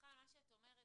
שמחה על מה שאת אומרת,